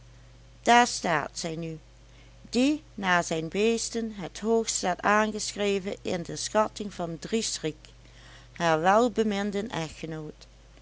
daar staat zij nu die na zijn beesten het hoogst staat aangeschreven in de schatting van dries riek haar welbeminden echtgenoot